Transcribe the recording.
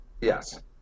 Yes